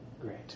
Great